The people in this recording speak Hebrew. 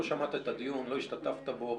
לא שמעת את הדיון, לא השתתפת בו.